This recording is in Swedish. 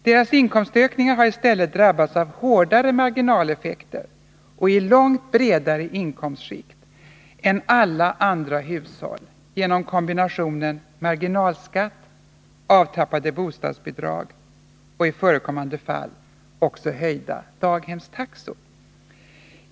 Deras inkomstökningar har i stället drabbats av hårdare marginaleffekter — och i långt bredare inkomstskikt — än alla andra hushåll genom kombinationen marginalskatt, avtrappade bostadsbidrag och i förekommande fall också höjda daghemstaxor.